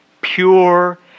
pure